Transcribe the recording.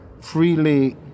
freely